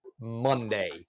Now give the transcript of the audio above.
Monday